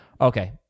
okay